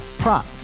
prop